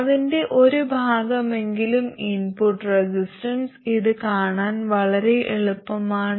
അതിന്റെ ഒരു ഭാഗമെങ്കിലും ഇൻപുട്ട് റെസിസ്റ്റൻസ് ഇത് കാണാൻ വളരെ എളുപ്പമാണ്